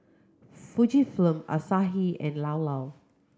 Fujifilm Asahi and Llao Llao